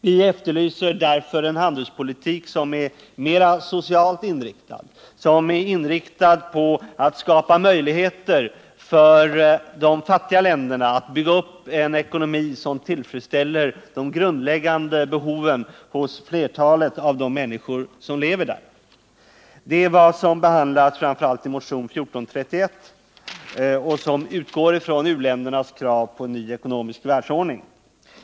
Vi efterlyser därför en handelspolitik som är mera socialt inriktad, som är inriktad på att skapa möjligheter för de fattiga länderna att bygga upp en ekonomi som tillfredsställer de grundläggande behoven hos flertalet av de människor som lever där. Det är vad som behandlas framför allt i motionen 1431, och därvid utgår vi från u-ländernas krav på en ny ekonomisk världsordning.